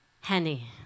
Henny